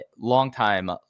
longtime